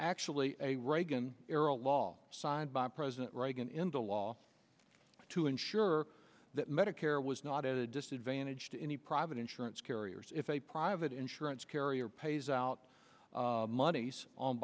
actually a reagan era law signed by president reagan in the last to ensure that medicare was not at a disadvantage to any private insurance carriers if a private insurance carrier pays out monies on